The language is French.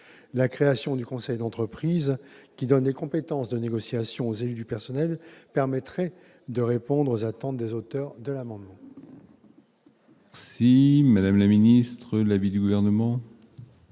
La création du conseil d'entreprise, qui donne des compétences de négociation aux élus du personnel, permettrait de répondre aux attentes des auteurs de l'amendement. La commission émet donc un avis défavorable